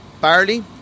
barley